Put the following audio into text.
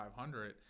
500